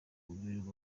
umubiri